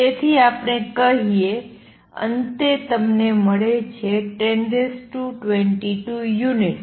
તેથી આપણે કહીએ અંતે તમને મળે છે 1022 યુનિટ